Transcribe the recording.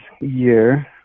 year